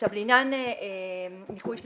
לעניין ניכוי שליש,